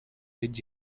with